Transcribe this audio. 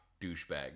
douchebag